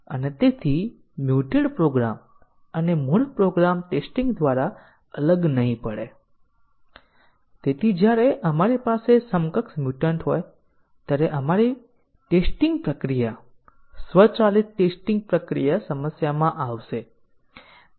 આ પાથ કવરેજથી વિપરીત છે જેની તમે ચર્ચા કરી હતી કે અહીં કંટ્રોલ ફલો ગ્રાફ પર પાથ ક્યાં વ્યાખ્યાયિત કરવામાં આવ્યા હતા